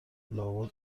لابد